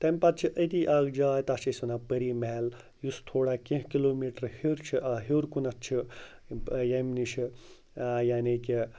تَمہِ پَتہٕ چھِ أتی اَکھ جاے تَتھ چھِ أسۍ وَنان پٔری محل یُس تھوڑا کیٚنٛہہ کِلوٗ میٖٹَر ہیوٚر چھُ ہیوٚر کُنَتھ چھِ ییٚمہِ نِشہٕ یعنی کہِ